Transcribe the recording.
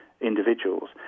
individuals